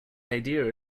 idea